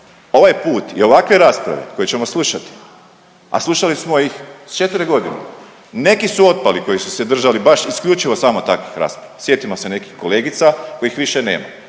ovaj put i ovakve rasprave koje ćemo slušati, a slušali smo ih 4 godine, neki su otpali koji su se držali baš isključivo takvih rasprava, sjetimo se nekih kolegica kojih više nema,